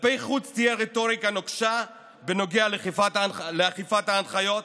כלפי חוץ תהיה רטוריקה נוקשה בנוגע לאכיפת ההנחיות,